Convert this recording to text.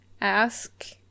ask